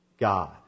God